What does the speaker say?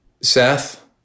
Seth